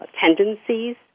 tendencies